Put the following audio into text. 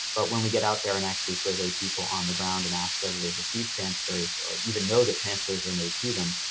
but when we get out there and actually survey people on the ground and ask whether they've received transfers or even know that transfers were made to them,